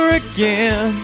again